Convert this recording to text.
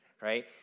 right